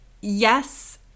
yes